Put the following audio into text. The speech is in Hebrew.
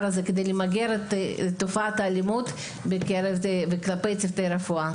הזה כדי למגר את תופעת האלימות כלפי צוותי רפואה.